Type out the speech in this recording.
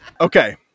Okay